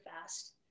fast